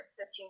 15